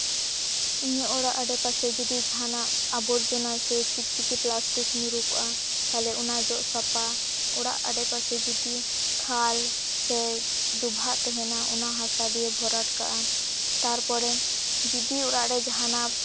ᱤᱧᱟᱹᱜ ᱚᱲᱟᱜ ᱟᱰᱮᱯᱟᱥᱮ ᱦᱚᱸ ᱡᱩᱫᱤ ᱡᱟᱦᱟᱱᱟᱜ ᱟᱵᱚᱨᱡᱚᱱᱟ ᱥᱮ ᱪᱤᱠᱪᱤᱠᱤ ᱯᱞᱟᱥᱴᱤᱠ ᱧᱩᱨᱩ ᱠᱚᱜᱼᱟ ᱛᱟᱞᱦᱮ ᱚᱱᱟ ᱡᱚᱜ ᱥᱟᱯᱟ ᱚᱲᱟᱜ ᱟᱰᱮᱯᱟᱥᱮ ᱡᱩᱫᱤ ᱠᱷᱟᱞ ᱥᱮ ᱰᱚᱵᱷᱟᱜ ᱛᱟᱦᱮᱱᱟ ᱚᱱᱟ ᱦᱟᱥᱟ ᱫᱤᱭᱮ ᱵᱷᱚᱨᱟᱴ ᱠᱟᱜᱼᱟᱢ ᱛᱟᱨᱯᱚᱨᱮ ᱡᱩᱫᱤ ᱚᱲᱟᱜ ᱨᱮ ᱡᱟᱦᱟᱱᱟᱜ